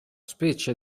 specie